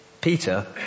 Peter